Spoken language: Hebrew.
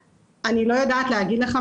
אני לא יודע להגיד לך,